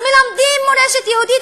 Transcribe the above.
מלמדים מורשת יהודית,